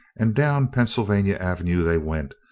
and down pennsylvania avenue they went,